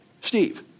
Steve